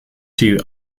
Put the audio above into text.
two